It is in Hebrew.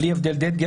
בלי הבדל דת,